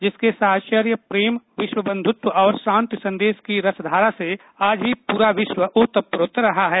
जिसके सहचर्य प्रेम विश्व बंधुत्व और शांति संदेश की रस धारा से आज भी पूरा विश्व ओत प्रोत रहा है